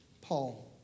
Paul